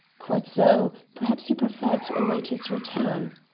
quite so. perhaps you prefer to await his return?